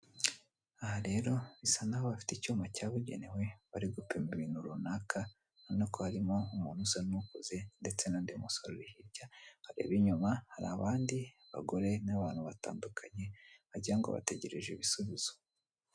Aha rero hasa naho bafite icyuma cyabugenewe bari gupima ibintu ruranaka urabona ko harimo umuntu usa n'ukuze ndetse n'undi musore uri hirya. Reba nyuma hari abandi bagore n'abantu batandukanye wagira ngo bategereje ibisubibizo.